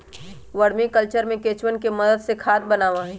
vermi culture में केंचुवन के मदद से खाद बनावा हई